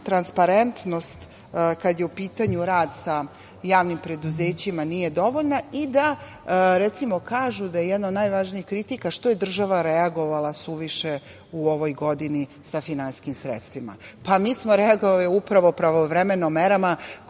transparentnost, kada je u pitanju rad sa javnim preduzećima nije dovoljna, i da recimo kažu da je jedna od najvažnijih kritika što je država reagovala suviše u ovoj godini sa finansijskim sredstvima. Mi smo reagovali u pravo pravovremeno merama